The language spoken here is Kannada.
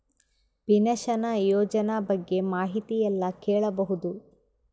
ಪಿನಶನ ಯೋಜನ ಬಗ್ಗೆ ಮಾಹಿತಿ ಎಲ್ಲ ಕೇಳಬಹುದು?